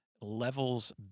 levels